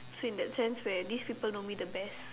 so in that sense where this people normally the best